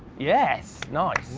yes, nice,